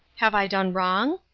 have i done wrong?